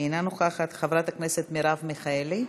אינה נוכחת, חברת הכנסת מרב מיכאלי?